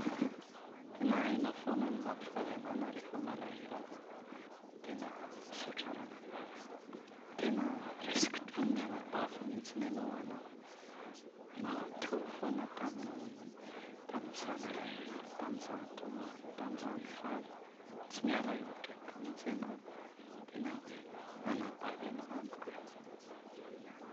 tena hainao foana ny mampifaly anahy na rehefa malahelo aza aho. Tena misaotra ranabavy a! Tena raisiko toy ny anabavy mihitsy ianao ho ana. Ianao teo foana tamin’ny tamin’izaho nalahelo, tamin’izaho nitomany, tamin’izaho nifaly. Tsy miala eo akaikiko mihitsy ianao. Tena hoe anabavy ianao amiko e!